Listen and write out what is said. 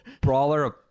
brawler